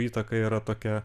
įtaka yra tokia